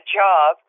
job